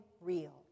real